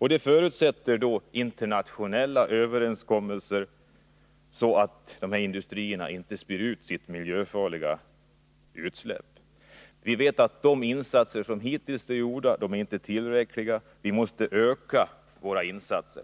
vilket förutsätter internationella överenskommelser, så att industrierna inte spyr ut sina miljöfarliga föroreningar. Vi vet att de hittills gjorda insatserna inte är tillräckliga, utan vi måste öka våra insatser.